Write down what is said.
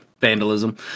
Vandalism